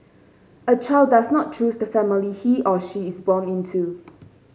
a child does not choose the family he or she is born into